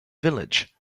village